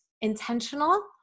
intentional